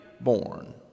born